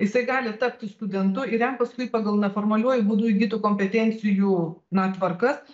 jisai gali tapti studentu ir jam paskui pagal neformaliuoju būdu įgytų kompetencijų na tvarkas